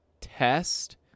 test